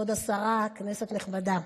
כבוד השרה, כנסת נכבדה,